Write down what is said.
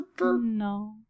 no